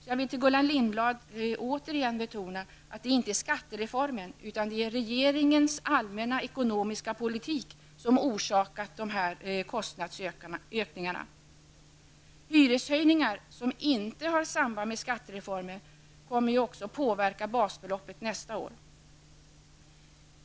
Jag vill för Gullan Lindblad på nytt betona att det inte är skattereformen utan regeringens allmänna ekonomiska politik som har orsakat kostnadsökningarna. Hyreshöjningar som inte har samband med skattereformen kommer ju också att påverka basbeloppet nästa år.